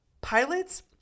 Pilots